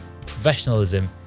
professionalism